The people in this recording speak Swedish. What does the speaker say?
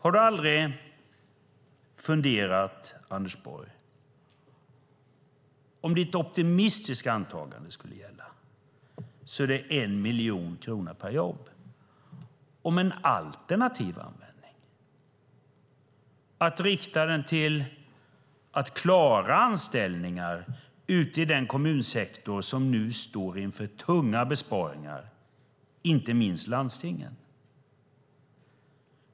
Anders Borg, har du aldrig - om ditt optimistiska antagande skulle gälla blir det, som sagt, 1 miljon kronor per jobb - funderat på en alternativ användning som riktas till att klara anställningar ute i den kommunsektor som nu står inför tunga besparingar? Inte minst gäller det landstingen.